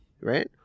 Right